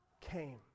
came